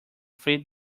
freed